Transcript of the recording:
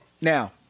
Now